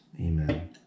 Amen